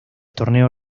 torneo